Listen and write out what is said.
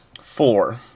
Four